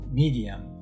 medium